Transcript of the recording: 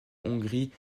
hongrie